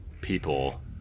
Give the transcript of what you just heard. people